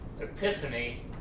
Epiphany